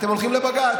אתם הולכים לבג"ץ.